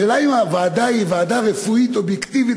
השאלה אם הוועדה היא ועדה רפואית אובייקטיבית